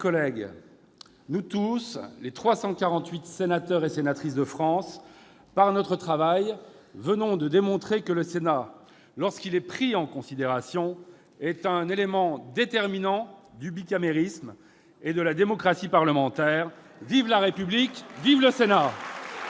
chers collègues, nous tous, les 348 sénateurs et sénatrices de France, par notre travail, venons de démontrer que le Sénat, lorsqu'il est pris en considération, est un élément déterminant du bicamérisme et de la démocratie parlementaire. Vive la République, vive le Sénat !